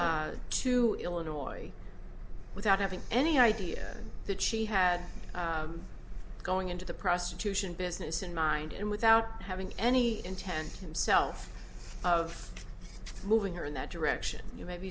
her to illinois without having any idea that she had going into the prostitution business in mind and without having any intent himself of moving her in that direction maybe